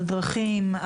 על דרכים,